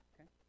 Okay